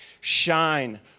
shine